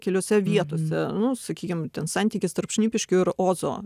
keliose vietose nu sakykim ten santykis tarp šnipiškių ir ozo